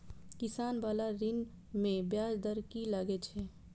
किसान बाला ऋण में ब्याज दर कि लागै छै?